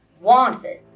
wanted